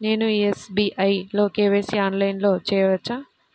నేను ఎస్.బీ.ఐ లో కే.వై.సి ఆన్లైన్లో చేయవచ్చా?